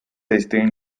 distinguen